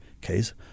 case